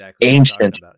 ancient